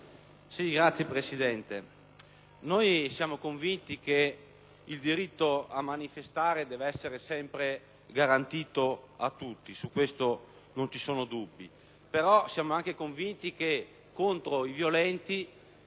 Signor Presidente, noi siamo convinti che il diritto a manifestare deve essere sempre garantito a tutti: al riguardo non vi sono dubbi. Siamo anche convinti, però, che contro i violenti